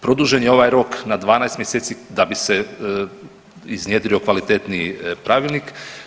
Produžen je ovaj rok na 12 mjeseci da bi se iznjedrio kvalitetniji pravilnik.